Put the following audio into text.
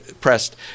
pressed